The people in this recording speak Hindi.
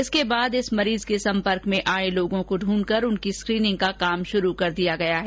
इसके बाद इस मरीज के सम्पर्क में आये लोगों को ढूंढकर उनकी स्क्रीनिंग का काम शुरू कर दिया गया है